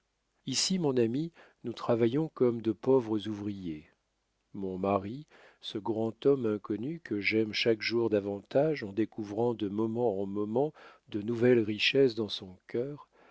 ici mon ami nous travaillons comme de pauvres ouvriers mon mari ce grand homme inconnu que j'aime chaque jour davantage en découvrant de moments en moments de nouvelles richesses dans son cœur